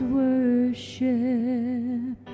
worship